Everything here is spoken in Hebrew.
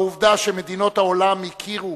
העובדה שמדינות העולם הכירו